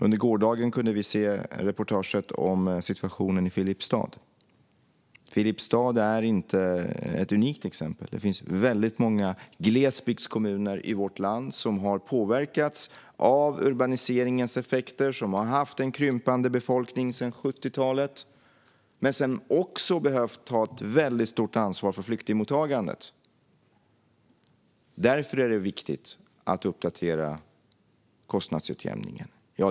Under gårdagen kunde vi se reportaget om situationen i Filipstad. Filipstad är inte ett unikt exempel. Det finns väldigt många glesbygdskommuner i vårt land som har påverkats av urbaniseringens effekter, som har haft en krympande befolkning sedan 70-talet och som också har behövt ta ett väldigt stort ansvar för flyktingmottagandet. Därför är det viktigt att uppdatera kostnadsutjämningen.